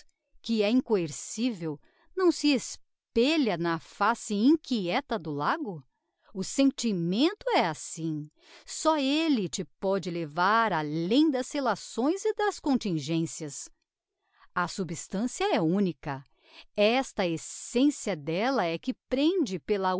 que é incoercivel não se espelha na face quieta do lago o sentimento é assim só elle te póde levar além das relações e das contingencias a substancia é unica esta essencia d'ella é que prende pela